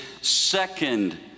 second